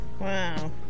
wow